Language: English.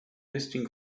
listing